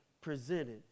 presented